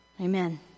Amen